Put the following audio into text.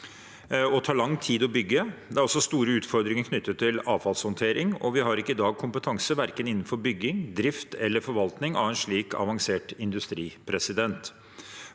og tar lang tid å bygge. Det er også store utfordringer knyttet til avfallshåndtering, og vi har i dag ikke kompetanse verken innenfor bygging, drift eller forvaltning av en slik avansert industri.